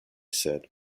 said